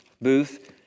booth